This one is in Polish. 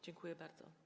Dziękuję bardzo.